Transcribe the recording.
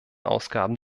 ausgaben